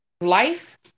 life